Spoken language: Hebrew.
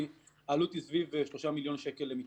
העלות היא סביב 3 מיליון שקלים למיטה.